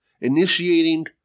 initiating